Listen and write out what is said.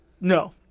No